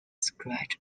stretch